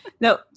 No